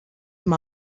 him